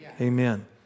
Amen